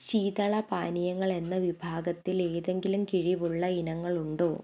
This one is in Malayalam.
ശീതള പാനീയങ്ങളെന്ന വിഭാഗത്തിൽ ഏതെങ്കിലും കിഴിവുള്ള ഇനങ്ങളുണ്ടോ